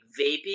vaping